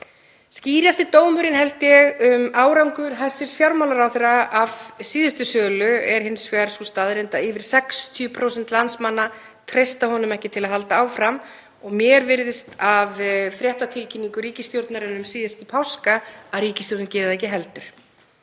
Skýrasti dómurinn held ég um árangur hæstv. fjármálaráðherra af síðustu sölu er hins vegar sú staðreynd að yfir 60% landsmanna treysta honum ekki til að halda áfram og mér virðist af fréttatilkynningu ríkisstjórnarinnar um síðustu páska að ríkisstjórnin geri það ekki heldur.